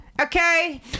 Okay